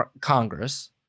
Congress